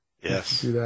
Yes